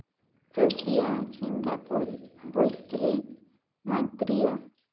Croatia Singapore ᱵᱳᱭᱛᱞᱤ ᱢᱟᱫᱫᱨᱤᱭᱚ